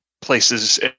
places